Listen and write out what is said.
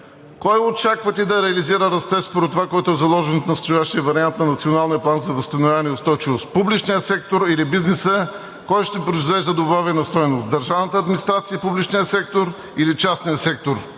кой очаквате да реализира растеж според това, което е заложено в настоящия вариант на Националния план за възстановяване и устойчивост – публичният сектор или бизнесът, кой ще произвежда добавена стойност – държавната администрация и публичният сектор или частният сектор?